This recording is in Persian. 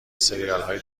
سریالهای